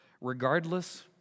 regardless